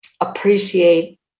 appreciate